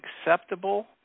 acceptable